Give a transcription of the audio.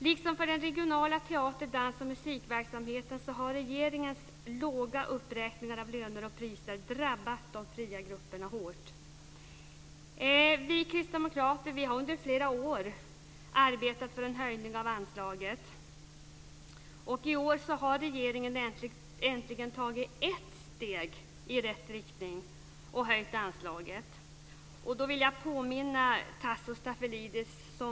Regeringens låga uppräkningar av löner och priser har drabbat de fria grupperna liksom den regionala teater-, dans och musikverksamheten hårt. Vi kristdemokrater har under flera år arbetat för en höjning av anslaget. I år har regeringen äntligen tagit ett steg i rätt riktning och höjt anslaget. Jag vill påminna Tasso Stafilidis om en sak.